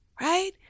right